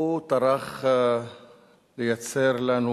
הוא טרח לייצר לנו